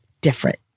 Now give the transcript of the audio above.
different